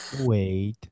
Wait